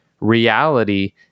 reality